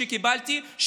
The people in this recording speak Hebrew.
שקיבלתי,